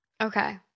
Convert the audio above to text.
Okay